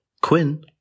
Quinn